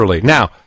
Now